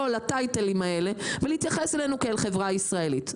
הטייטלים האלה ולהתייחס אלינו כאל חברה ישראלית.